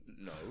No